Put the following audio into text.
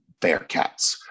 Bearcats